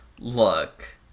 look